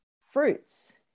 fruits